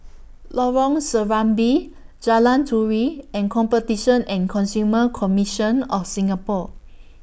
Lorong Serambi Jalan Turi and Competition and Consumer Commission of Singapore